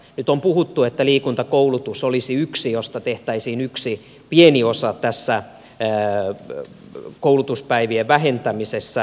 nyt on puhuttu että liikuntakoulutus olisi yksi asia josta tehtäisiin yksi pieni osa tässä koulutuspäivien vähentämisessä